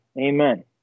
Amen